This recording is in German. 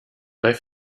bei